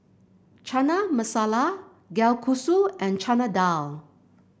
Chana Masala Kalguksu and Chana Dal